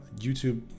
youtube